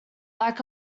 like